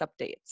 updates